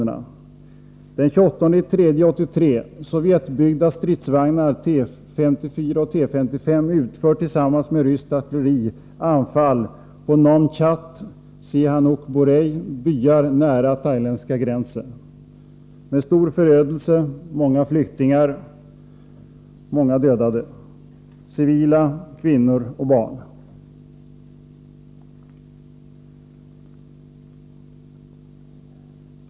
Fredagen den Den 28 mars 1983 utförde Sovjetbyggda stridsvagnar — T54 och TS55 — 4 maj 1984 tillsammans med ryskt artilleri anfall på Pnom Chat och Sihanoukborei, byar nära thailändska gränsen, med stor förödelse, många flyktingar och många Om konflikten i dödade civila, kvinnor och barn som följd.